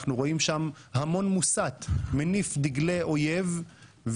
אנחנו רואים שם המון מוסת מניף דגלי אויב,